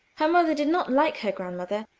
her mother did not like her grandmother,